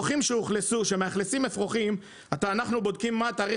כשמאכלסים אפרוחים אנחנו בודקים מה התאריך